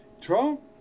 Trump